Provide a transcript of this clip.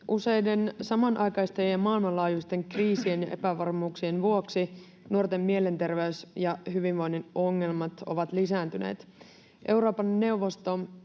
Useiden samanaikaisten maailmanlaajuisten kriisien ja epävarmuuksien vuoksi nuorten mielenterveys- ja hyvinvoinnin ongelmat ovat lisääntyneet. Euroopan neuvosto